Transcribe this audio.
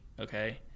okay